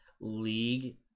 League